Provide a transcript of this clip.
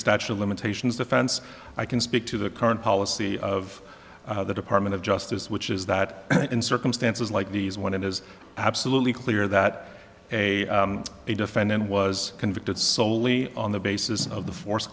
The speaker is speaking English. statute of limitations defense i can speak to the current policy of the department of justice which is that in circumstances like these when it is absolutely clear that a defendant was convicted solely on the basis of the force